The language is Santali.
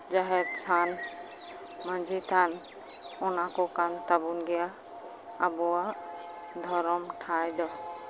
ᱡᱟᱦᱮᱨ ᱛᱷᱟᱱ ᱢᱟᱹᱡᱷᱤ ᱛᱷᱟᱱ ᱚᱱᱟ ᱠᱚ ᱠᱟᱱ ᱛᱟᱵᱚᱱ ᱜᱮᱭᱟ ᱟᱵᱚᱣᱟᱜ ᱫᱷᱚᱨᱚᱢ ᱴᱷᱟᱸᱭ ᱫᱚ